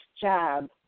job